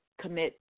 commit